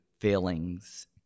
feelings